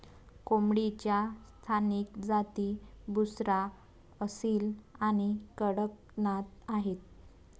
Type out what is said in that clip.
कोंबडीच्या स्थानिक जाती बुसरा, असील आणि कडकनाथ आहेत